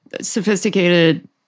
sophisticated